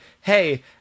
hey